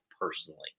personally